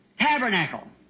tabernacle